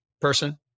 person